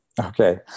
Okay